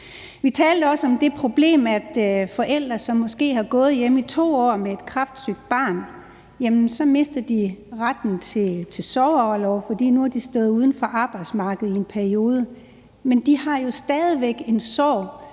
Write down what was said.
Vi talte også om det problem, at forældre, som måske har gået hjemme i 2 år med et kræftsygt barn, mister retten til sorgorlov, fordi de har stået uden for arbejdsmarkedet i en periode. Men de har jo stadig væk en sorg,